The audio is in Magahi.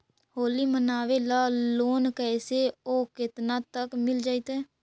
होली मनाबे ल लोन कैसे औ केतना तक के मिल जैतै?